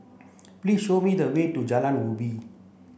please show me the way to Jalan Ubi